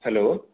hello